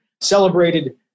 celebrated